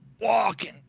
walking